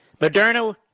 Moderna